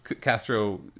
Castro